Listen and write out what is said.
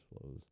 flows